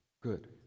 good